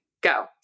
Go